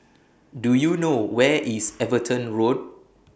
Do YOU know Where IS Everton Road